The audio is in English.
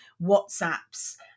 WhatsApps